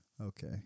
okay